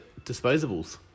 disposables